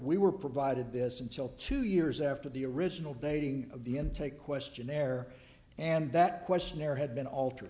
we were provided this until two years after the original dating of the intake questionnaire and that questionnaire had been altered